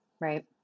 Right